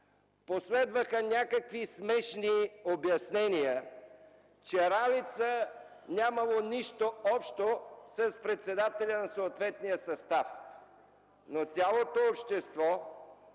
Последваха някакви смешни обяснения, че „Ралица” нямало нищо общо с председателя на съответния състав. Цялото общество